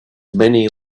many